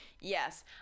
yes